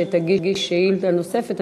שתגיש שאילתה נוספת.